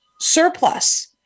surplus